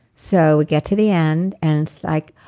so we get to the end, and it's like.